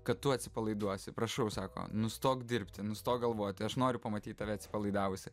kad tu atsipalaiduosi prašau sako nustok dirbti nustok galvoti aš noriu pamatyti tave atsipalaidavusį